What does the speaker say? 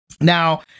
Now